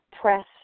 press